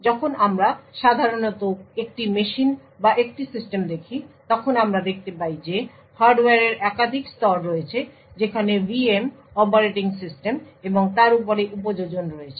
যখন আমরা সাধারণত একটি মেশিন বা একটি সিস্টেম দেখি তখন আমরা দেখতে পাই যে হার্ডওয়্যারের একাধিক স্তর রয়েছে সেখানে VM অপারেটিং সিস্টেম এবং তার উপরে উপযোজন রয়েছে